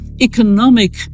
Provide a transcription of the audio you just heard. economic